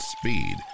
speed